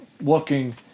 looking